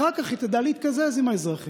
אחר כך היא תדע להתקזז עם האזרחים.